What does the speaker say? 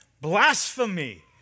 blasphemy